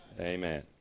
Amen